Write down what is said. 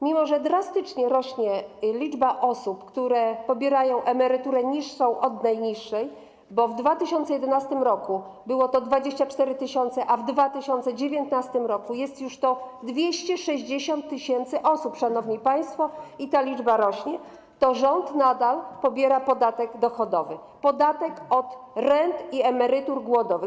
Mimo że drastycznie rośnie liczba osób, które pobierają emeryturę niższą od najniższej - w 2011 r. było to 24 tys. osób, a w 2019 r. jest już ich 260 tys., szanowni państwo, i ta liczba rośnie - to rząd nadal pobiera tu podatek dochodowy, czyli podatek od rent i emerytur głodowych.